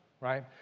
right